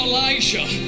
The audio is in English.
Elijah